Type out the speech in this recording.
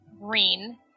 green